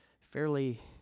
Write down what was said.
fairly